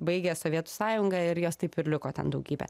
baigė sovietų sąjunga ir jos taip ir liko ten daugybė